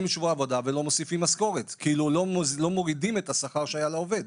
שבוע עבודה ולא מורידים את השכר שהיה לעובד.